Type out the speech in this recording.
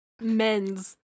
men's